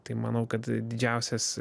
tai manau kad didžiausias